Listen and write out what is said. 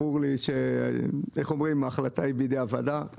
ברור לי שההחלטה היא בידי הוועדה.